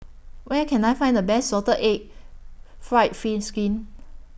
Where Can I Find The Best Salted Egg Fried Fish Skin